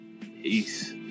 Peace